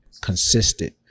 consistent